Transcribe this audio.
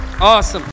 Awesome